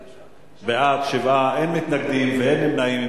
בעד, 7, אין מתנגדים ואין נמנעים.